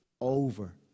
over